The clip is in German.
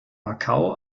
macau